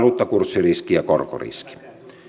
valuuttakurssiriski ja korkoriski